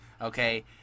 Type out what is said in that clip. Okay